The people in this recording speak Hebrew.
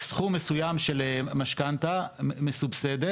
סכום מסוים של משכנתא מסובסדת